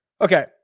Okay